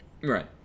Right